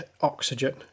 oxygen